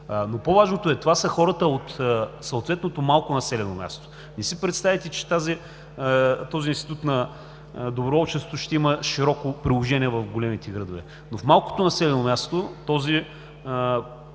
но по-важното е, че това са хората от съответното малко населено място. Не си представяйте, че този институт на доброволчеството ще има широко приложение в големите градове, но в малкото населено място този